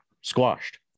squashed